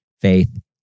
faith